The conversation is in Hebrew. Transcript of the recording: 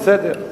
בסדר,